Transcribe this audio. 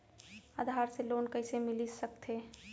आधार से लोन कइसे मिलिस सकथे?